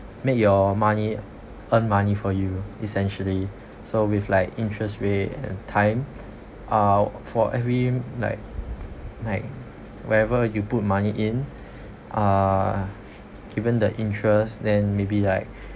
make your money earn money for you essentially so with like interest rate and time uh for every like like whenever you put money in uh given the interest then maybe like